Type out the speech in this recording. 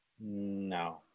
no